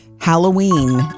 Halloween